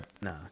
Nah